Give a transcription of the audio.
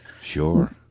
Sure